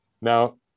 Now